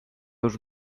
już